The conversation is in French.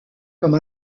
comme